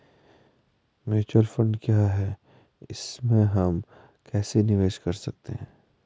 Mutual fund क्या है इसमें हम कैसे निवेश कर सकते हैं?